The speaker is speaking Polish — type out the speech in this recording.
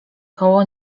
koło